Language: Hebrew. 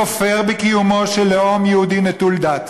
כופר בקיומו של לאום יהודי נטול דת.